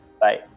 Bye